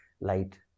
light